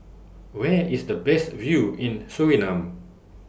Where IS The Best View in Suriname